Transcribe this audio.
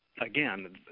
again